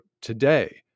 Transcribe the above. today